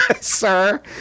Sir